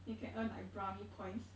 you can earn like brownie points